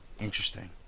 Interesting